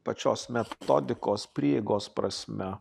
pačios metodikos prieigos prasme